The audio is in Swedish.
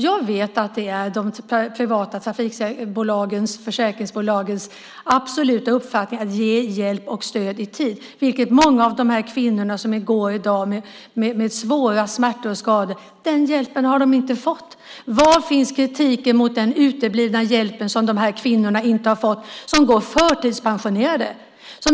Jag vet att det är de privata försäkringsbolagens absoluta uppfattning att ge hjälp och stöd i tid, vilket många av de kvinnor som i dag går med svåra smärtor och skador inte har fått. Var finns kritiken mot den uteblivna hjälpen till dessa kvinnor som nu går förtidspensionerade?